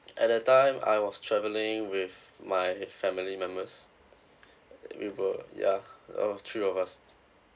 at the time I was travelling with my family members we were ya there was three of us